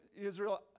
Israel